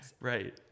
Right